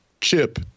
chip